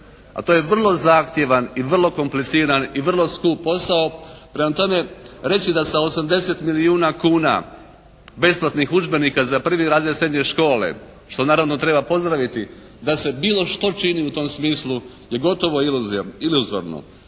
A to je vrlo zahtjevan i vrlo kompliciran i vrlo skup posao. Prema tome, reći da sa 80 milijuna kuna besplatnih udžbenika za prvi razred srednje škole, što naravno treba pozdraviti da se bilo što čini u tom smislu je gotovo iluzorno.